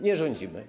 Nie rządzimy.